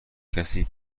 کسی